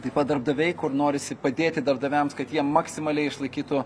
taip pat darbdaviai kur norisi padėti darbdaviams kad jie maksimaliai išlaikytų